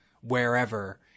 wherever